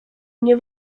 nie